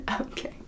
Okay